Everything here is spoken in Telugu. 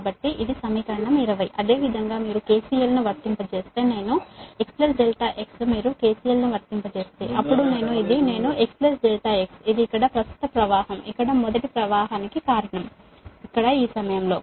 కాబట్టి ఇది సమీకరణం 20 అదేవిధంగా మీరు KCL ను వర్తింపజేస్తే నేను x ∆x మీరు KCL ను వర్తింపజేస్తే అప్పుడు నేను ఇది నేను x ∆x ఇది ఇక్కడ ప్రస్తుత ప్రవాహం ఇక్కడ మొదటి ప్రవాహానికి కారణం ఇక్కడ ఈ సమయంలో